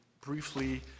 briefly